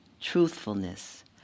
truthfulness